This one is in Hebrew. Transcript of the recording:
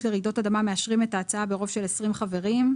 לרעידות אדמה מאשרים את הוועדה ברוב של 20 חברים'.